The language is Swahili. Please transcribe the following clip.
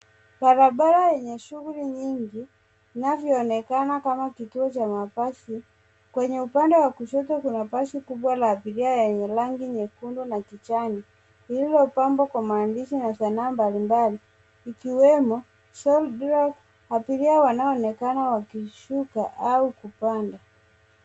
Barabara yenye shughuli nyingi ,inavyoonekana kama kituo cha mabasi, kwenye upande wa kushoto kuna basi kubwa la abiria yenye rangi nyekundu na kijani lililopambwa kwa maandishi na sanaa mbalimbali ,ikiwemo self drive. Abiria wanaoonekana wakishuka au kupanda.